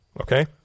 okay